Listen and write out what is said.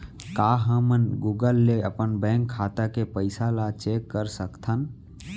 का हमन गूगल ले अपन बैंक खाता के पइसा ला चेक कर सकथन का?